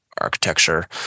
architecture